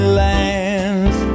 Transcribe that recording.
lands